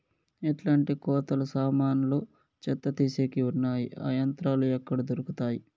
ఎట్లాంటి కోతలు సామాన్లు చెత్త తీసేకి వున్నాయి? ఆ యంత్రాలు ఎక్కడ దొరుకుతాయి?